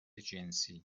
جنسی